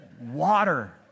Water